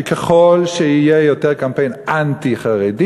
שככל שיהיה יותר קמפיין אנטי-חרדי,